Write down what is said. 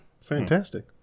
Fantastic